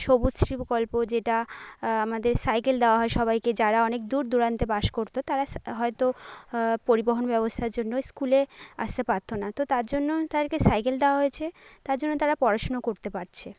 সবুজশ্রী প্রকল্প যেটা আমাদের সাইকেল দেওয়া হয় সবাইকে যারা অনেক দূর দূরান্তে বাস করতো তারা হয়তো পরিবহন ব্যবস্থার জন্য স্কুলে আসতে পারতো না তো তার জন্য তাদেরকে সাইকেল দেওয়া হয়েছে তার জন্য তারা পড়াশুনো করতে পারছে